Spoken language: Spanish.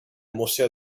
museo